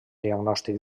diagnòstic